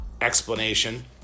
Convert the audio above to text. explanation